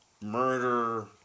murder